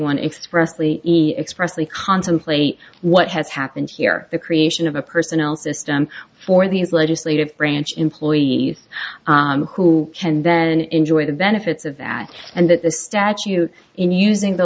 one expressly expressly contemplate what has happened here the creation of a personnel system for these legislative branch employees who can then enjoy the benefits of that and that the statute in using the